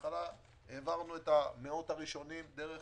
בהתחלה העברנו את המאות הראשונים דרך